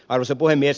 arvoisa puhemies